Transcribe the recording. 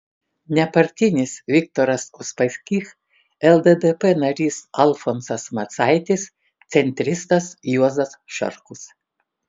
nepartinis viktoras uspaskich lddp narys alfonsas macaitis centristas juozas šarkus